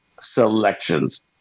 selections